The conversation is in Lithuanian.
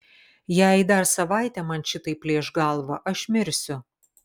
jei dar savaitę man šitaip plėš galvą aš mirsiu